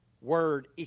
word